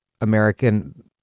American